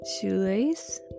Shoelace